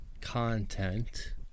content